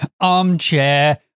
armchair